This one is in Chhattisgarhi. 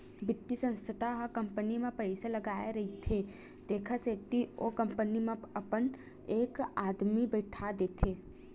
बित्तीय संस्था ह कंपनी म पइसा लगाय रहिथे तेखर सेती ओ कंपनी म अपन एक आदमी बइठा देथे